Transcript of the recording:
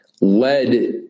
led